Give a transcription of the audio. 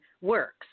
works